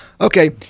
okay